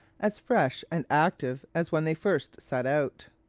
as fresh and active as when they first set out.